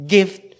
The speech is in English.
Gift